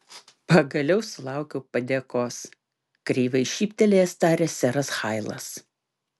pagaliau sulaukiau padėkos kreivai šyptelėjęs tarė seras hailas